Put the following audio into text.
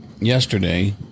yesterday